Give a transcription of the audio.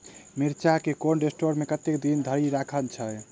मिर्चा केँ cold store मे कतेक दिन धरि राखल छैय?